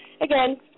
again